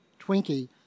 Twinkie